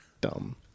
Dumb